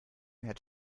had